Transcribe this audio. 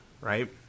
right